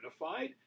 unified